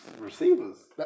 receivers